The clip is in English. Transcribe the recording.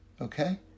okay